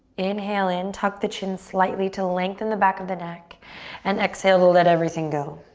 inhale in, tuck the chin slightly to lengthen the back of the neck and exhale to let everything go.